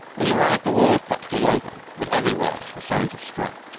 when he arrived the war was practically over, but everywhere were signs of strife.